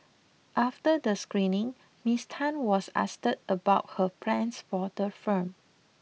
after the screening Miss Tan was asked about her plans for the film